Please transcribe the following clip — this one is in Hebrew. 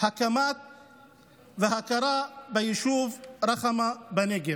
הקמה והכרה ביישוב רחמה בנגב,